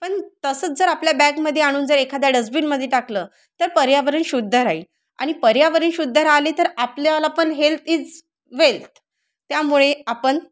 पण तसंच जर आपल्या बॅगमध्ये आणून जर एखाद्या डस्बिनमध्ये टाकलं तर पर्यावरण शुद्ध राहील आणि पर्यावरण शुद्ध राहिले तर आपल्याला पण हेल्थ इज वेल्थ त्यामुळे आपण